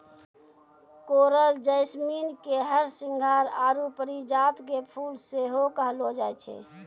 coral jasmine के हरसिंहार आरु परिजात के फुल सेहो कहलो जाय छै